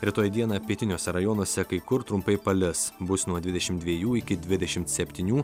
rytoj dieną pietiniuose rajonuose kai kur trumpai palis bus nuo dvidešim dviejų iki dvidešimt septynių